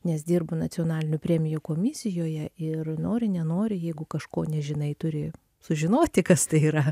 nes dirbu nacionalinių premijų komisijoje ir nori nenori jeigu kažko nežinai turi sužinoti kas tai yra